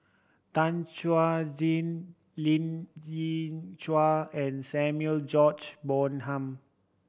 Tan Chuan Jin Lien Ying Chow and Samuel George Bonham